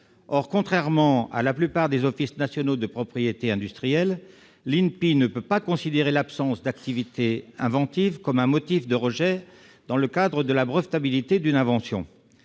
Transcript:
Or, contrairement à la plupart des offices nationaux de propriété industrielle, l'INPI ne peut pas considérer l'absence d'activité inventive comme un motif de rejet dans le cadre de la brevetabilité d'une invention.